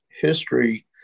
history